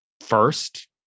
first